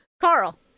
carl